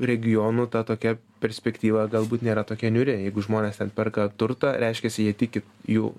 regionų ta tokia perspektyva galbūt nėra tokia niūri jeigu žmonės ten perka turtą reiškiasi jie tiki jų